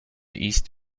east